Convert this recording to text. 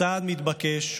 כצעד מתבקש,